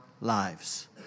lives